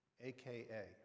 aka